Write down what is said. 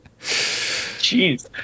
Jeez